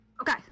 Okay